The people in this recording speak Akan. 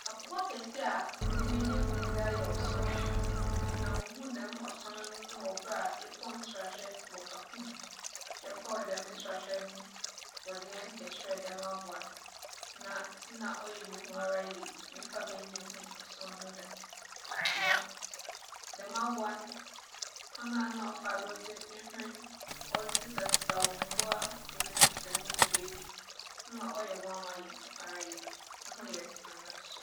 Abowa kɛse a medze m'enyi ehu no da yɛ ͻson. Na muhun dɛm ͻson no wͻ ber a yɛkͻr nserahwɛ wͻ kakum. Yɛkͻr dɛm nserahwɛ no, wͻdze hɛn kɛkyerɛɛ dɛm abowa no, na nna ͻyɛ me hu ara yie. Memmfaa m'enyi nnhun ͻson no da. Na dɛm abowa no, kwan a nna ͻfa do dze no hwen ͻdze sesasesaw mbowa nketsenketse no gu beebi no, nna ͻyɛ nwanwa yɛ hu ara yie. No ho yɛ dzen so.